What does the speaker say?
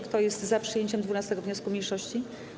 Kto jest za przyjęciem 12. wniosku mniejszości?